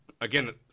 again